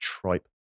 tripe